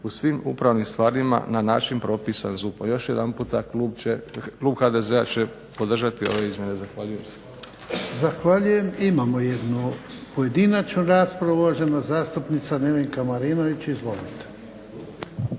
u svim upravnim stvarima na način propisanom ZUP-om. Još jedanputa klub HDZ-a će podržati ove izmjene. Zahvaljujem se. **Jarnjak, Ivan (HDZ)** Zahvaljujem. Imamo jednu pojedinačnu raspravu, uvažena zastupnica Nevenka Marinović. Izvolite.